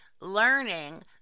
learning